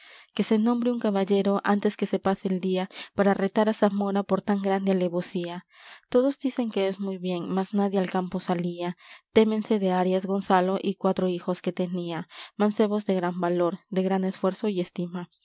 que se nombre un caballero antes que se pase el día para retar á zamora por tan grande alevosía todos dicen que es muy bien mas nadie al campo salía témense de arias gonzalo y cuatro hijos que tenía mancebos de gran valor de gran esfuerzo y estima